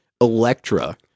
Electra